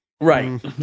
right